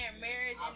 marriage